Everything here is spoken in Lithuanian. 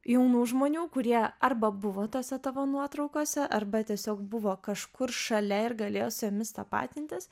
jaunų žmonių kurie arba buvo tose tavo nuotraukose arba tiesiog buvo kažkur šalia ir galėjo su jomis tapatintis